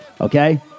Okay